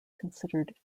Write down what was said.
considered